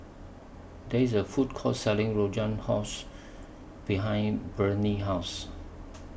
There IS A Food Court Selling Rogan Josh behind Breanne's House